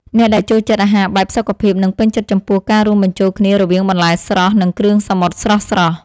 អ្នកដែលចូលចិត្តអាហារបែបសុខភាពនឹងពេញចិត្តចំពោះការរួមបញ្ចូលគ្នារវាងបន្លែស្រស់និងគ្រឿងសមុទ្រស្រស់ៗ។